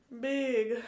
big